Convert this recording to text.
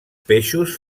peixos